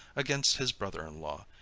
against his brother-in-law,